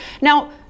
Now